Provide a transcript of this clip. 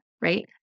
right